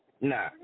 Nah